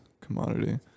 commodity